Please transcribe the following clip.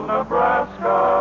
Nebraska